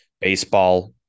Baseball